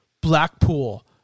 Blackpool